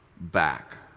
back